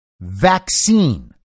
vaccine